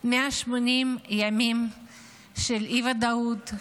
180 ימים של אי-ודאות,